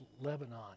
Lebanon